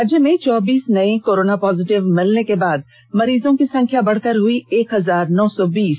राज्य में चौबीस नए कोरोना पॉजिटिव मिलने के बाद मरीजों की संख्या बढ़कर हुई एक हजार नौ सौ बीस